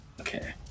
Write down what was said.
Okay